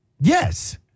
Yes